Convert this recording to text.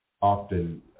often